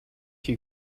you